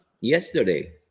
yesterday